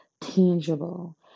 tangible